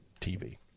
TV